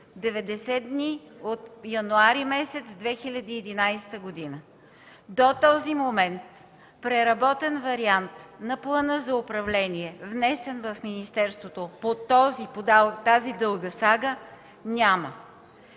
90 дни от януари месец 2011 г. До този момент преработен вариант на плана за управление, внесен в министерството по тази дълга сага няма.